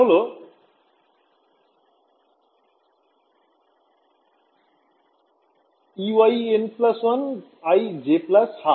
এটা হল Ey n1i j 12